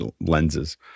lenses